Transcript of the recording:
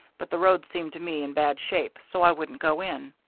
but the road seemed to me in bad shape, so i wouldn't go in.